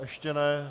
Ještě ne.